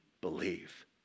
believe